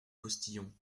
postillon